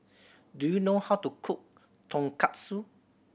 do you know how to cook Tonkatsu